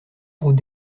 route